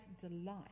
delight